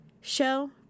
show